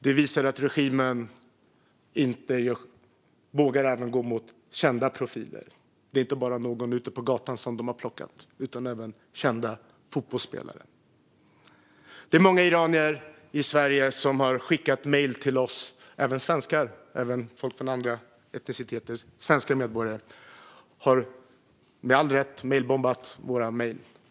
Det visar att regimen också vågar gå mot kända profiler. Det handlar inte bara om någon som de har plockat ute på gatan utan även kända fotbollsspelare. Det är många iranier i Sverige som har skickat mejl till oss, och även svenska medborgare av andra etniciteter. De har med all rätt mejlbombat våra mejlkonton.